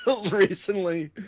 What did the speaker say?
recently